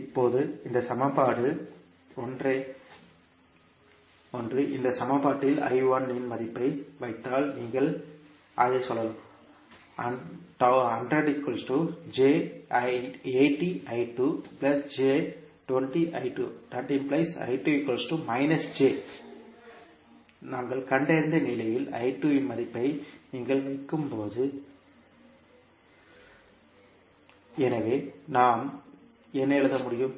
இப்போது சமன்பாடு 1 என்ற இந்த சமன்பாட்டில் இன் மதிப்பை வைத்தால் நீங்கள் அதைச் சொல்லலாம் எனவே நாம் என்ன எழுத முடியும்